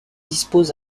dispose